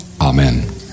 Amen